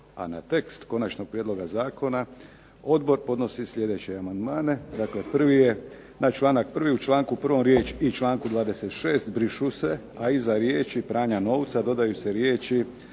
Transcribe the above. a na tekst konačnog prijedloga zakona odbor podnosi sljedeće amandmane. Dakle, prvi je na članak 1. u članku 1. riječ i članku 26. brišu se, a iza riječi pranja novca dodaju se riječi